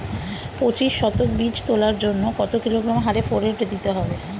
পঁচিশ শতক বীজ তলার জন্য কত কিলোগ্রাম হারে ফোরেট দিতে হবে?